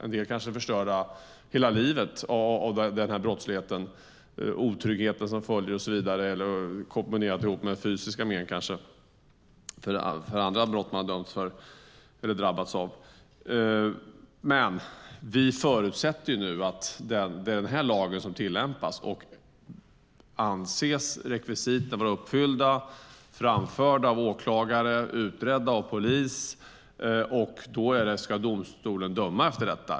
En del har kanske fått hela livet förstört av den här brottsligheten genom den otrygghet som följer kombinerat med fysiska men från andra brott som man har drabbats av. Vi förutsätter nu att det är den här lagen som tillämpas. Anses rekvisiten vara uppfyllda, framförda av åklagare och utredda av polis, ska domstolen döma efter detta.